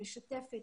משתפת,